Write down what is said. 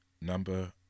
Number